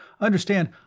Understand